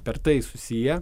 per tai susiję